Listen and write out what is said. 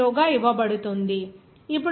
80 గా ఇవ్వబడుతుంది